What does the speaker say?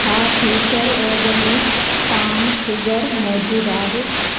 छा Future Organics palm sugar मौज़ूदु आहे